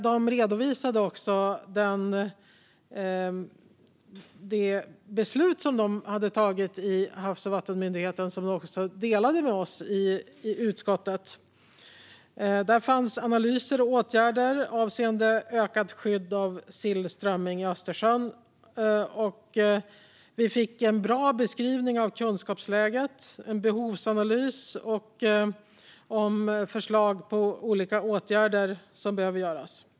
De redovisade också sina beslut om analyser och åtgärder avseende ökat skydd av sill och strömming i Östersjön. Vi fick även en bra beskrivning av kunskapsläget och en behovsanalys om förslag på olika åtgärder som behöver vidtas.